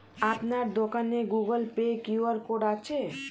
আপনার দোকানে Google Pay QR code আছে?